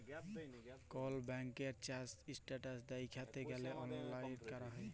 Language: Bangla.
কল ব্যাংকের চ্যাক ইস্ট্যাটাস দ্যাইখতে গ্যালে অললাইল ক্যরা যায়